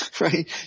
Right